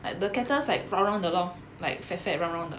like the cactus like round round 的 lor like fat fat round round 的